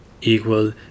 equal